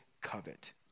covet